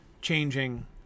changing